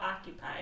occupied